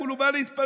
כולו בא להתפלל.